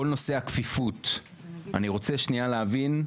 כל נושא הכפיפות אני רוצה להבין את